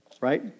Right